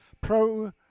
pro